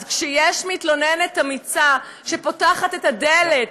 אז יש מתלוננת אמיצה שפותחת את הדלת